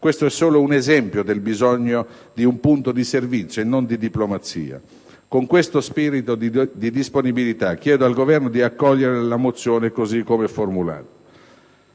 Questo è solo un esempio del bisogno di un punto di servizio e non di diplomazia. Con questo spirito di disponibilità, chiedo al Governo di accogliere la mozione così come formulata.